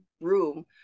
room